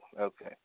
Okay